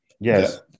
yes